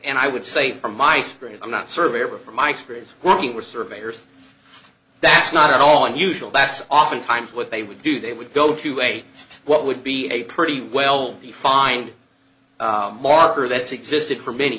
and i would say from my experience i'm not surveyor from my experience working with surveyors that's not at all unusual that's oftentimes what they would do they would go to a what would be a pretty well be fine marker that's existed for many